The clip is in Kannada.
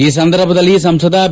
ಈ ಸಂದರ್ಭದಲ್ಲಿ ಸಂಸದ ಬಿ